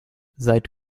seit